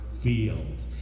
field